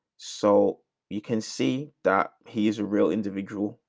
so you can see that he is a real individual.